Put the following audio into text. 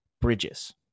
Bridges